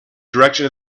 direction